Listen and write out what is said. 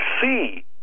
see